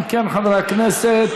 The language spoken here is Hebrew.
אם כן, חברי הכנסת,